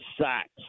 sacks